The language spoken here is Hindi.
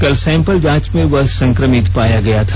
कल सैंपल जांच में वह संक्रमित पाया गया था